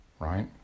right